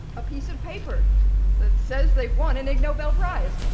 a piece of paper that says they've won an ig nobel prize!